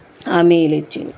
హామీలు ఇచ్చి